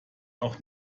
auch